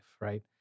right